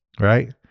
right